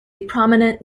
prominent